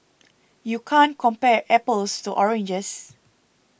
you can't compare apples to oranges